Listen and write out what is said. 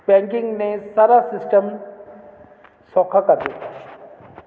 banking ਨੇ ਸਾਰਾ system ਸੌਖਾ ਕਰ ਦਿੱਤਾ ਹੈ